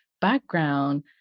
background